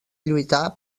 lluitar